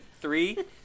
three